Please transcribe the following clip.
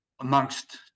amongst